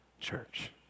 church